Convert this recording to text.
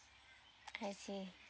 I see